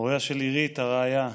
הוריה של עירית, הרעיה,